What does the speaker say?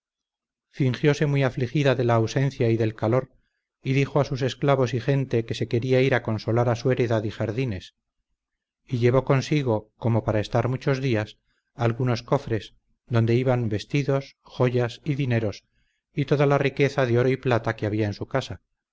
fingióse muy afligida de la ausencia y del calor y dijo a sus esclavos y gente que se quería ir a consolar a su heredad y jardines y llevó consigo como para estar muchos días algunos cofres donde iban vestidos joyas y dineros y toda la riqueza de oro y plata que había en su casa